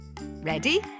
Ready